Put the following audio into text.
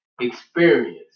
experience